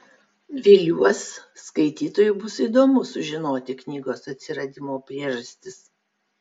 viliuos skaitytojui bus įdomu sužinoti knygos atsiradimo priežastis